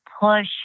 push